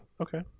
okay